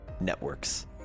networks